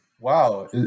wow